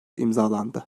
imzalandı